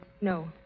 No